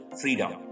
freedom